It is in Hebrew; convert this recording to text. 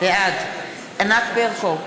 בעד ענת ברקו,